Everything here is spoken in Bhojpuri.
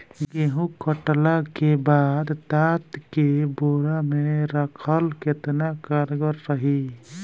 गेंहू कटला के बाद तात के बोरा मे राखल केतना कारगर रही?